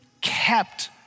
kept